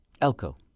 Elko